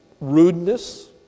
rudeness